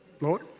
Lord